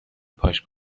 پاش